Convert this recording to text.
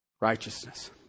righteousness